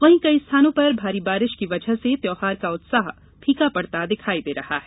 वहीं कई स्थानों पर भारी बारिश की वजह से त्यौहार का उत्साह फीका पड़ता दिखाई दे रहा है